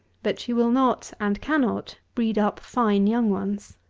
but she will not, and cannot breed up fine young ones.